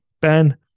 ben